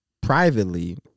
privately